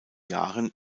jahren